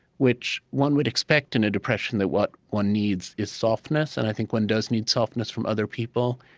which one would expect, in a depression, that what one needs is softness and i think one does need softness from other people.